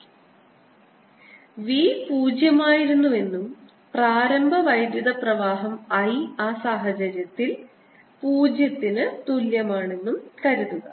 V പൂജ്യമായിരുന്നുവെന്നും പ്രാരംഭ വൈദ്യുത പ്രവാഹം I ആ സാഹചര്യത്തിൽ I 0 ന് തുല്യമാണെന്നും കരുതുക